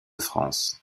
france